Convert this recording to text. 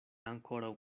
ankoraŭ